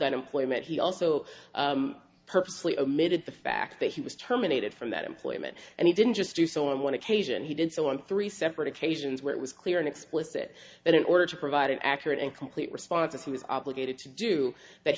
that employment he also purposely omitted the fact that he was terminated from that employment and he didn't just do so on one occasion he did so on three separate occasions where it was clear and explicit that in order to provide an accurate and complete response as he was obligated to do that